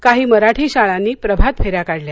काही मराठी शाळांनी प्रभात फेऱ्या काढल्या